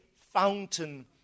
fountain